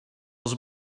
els